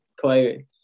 clay